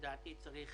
לדעתי צריך